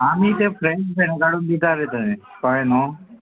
आमी ते friend friend काडून दितात रे थंय कळ्ळें न्हू